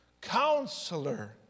Counselor